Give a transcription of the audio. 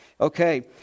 Okay